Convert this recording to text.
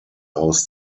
aus